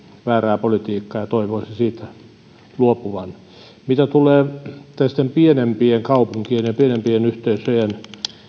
väärää politiikkaa ja toivoisi siitä luovuttavan mitä tulee tällaisten pienempien kaupunkien ja pienempien yhteisöjen